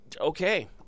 Okay